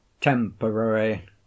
temporary